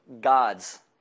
God's